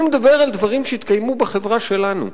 אני מדבר על דברים שהתקיימו בחברה שלנו,